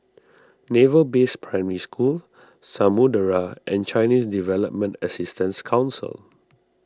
Naval Base Primary School Samudera and Chinese Development Assistance Council